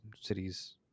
cities